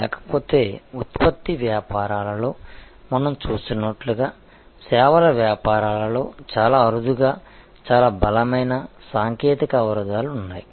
లేకపోతే ఉత్పత్తి వ్యాపారాలలో మనం చూస్తున్నట్లుగా సేవల వ్యాపారాలలో చాలా అరుదుగా చాలా బలమైన సాంకేతిక అవరోధాలు ఉన్నాయి